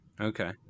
Okay